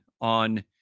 on